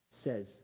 says